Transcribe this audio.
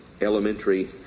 elementary